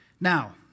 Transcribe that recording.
Now